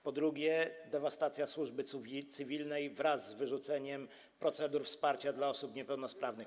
Po drugie, dewastacja służby cywilnej wraz z wyrzuceniem procedur wsparcia dla osób niepełnosprawnych.